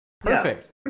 Perfect